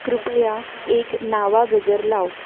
कृपया एक नवा गजर लाव